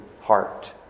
heart